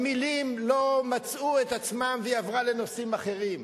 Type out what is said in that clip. המלים לא מצאו את עצמן, והיא עברה לנושאים אחרים.